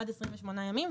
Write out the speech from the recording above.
עד 28 ימים,